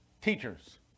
teachers